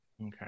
Okay